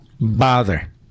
bother